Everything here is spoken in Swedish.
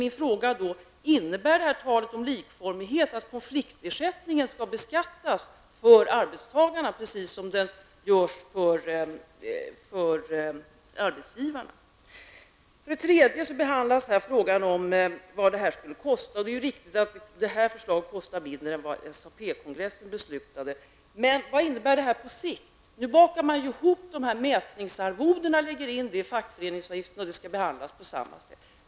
Innebär detta tal om likformighet att konfliktersättningen skall beskattas för arbetstagarna, precis som sker för arbetsgivarna? Dessutom behandlas frågan om vad detta skulle kosta. Det är riktigt att detta förslag kostar mindre än det SAP-kongressen beslutade om. Men vad innebär detta på sikt? Nu bakar man ihop mätningsarvoden m.m. och lägger in detta i fackföreningsavgiften. Det skall sedan behandlas på samma sätt.